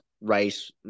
Rice